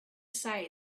say